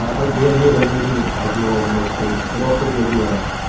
but like the idea of like making a casual and low stakes, but also the idea of,